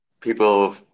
people